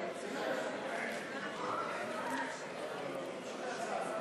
וקבוצת חברי הכנסת.